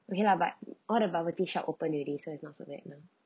okay lah but all the bubble tea shop open already so it's not the best now